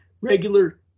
regular